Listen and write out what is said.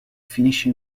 finisce